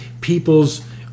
people's